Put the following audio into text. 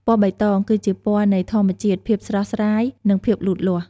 ពណ៌បៃតង គឺជាពណ៌នៃ ធម្មជាតិ ភាពស្រស់ស្រាយ និង ភាពលូតលាស់។